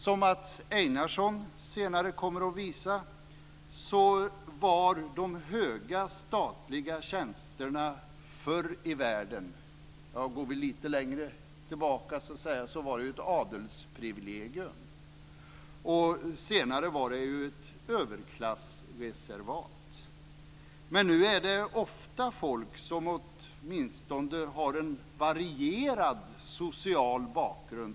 Som Mats Einarsson senare kommer att visa var de höga statliga tjänsterna förr i världen ett överklassreservat. Går vi lite längre tillbaka var de ett adelsprivilegium. Men nu är det ofta folk som åtminstone har en varierad social bakgrund.